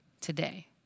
today